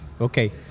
Okay